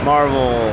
Marvel